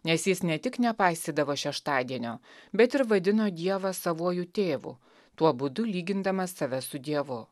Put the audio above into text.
nes jis ne tik nepaisydavo šeštadienio bet ir vadino dievą savuoju tėvu tuo būdu lygindamas save su dievu